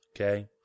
okay